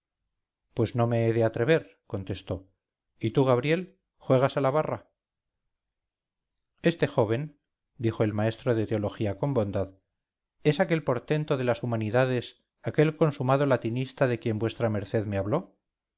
pues no me he de atrever contestó y tú gabriel juegas a la barra este joven dijo el maestro de teología con bondad es aquel portento de las humanidades aquel consumado latinista de quien vuestra merced me habló